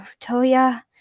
Toya